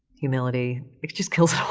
humility, it just kills it all.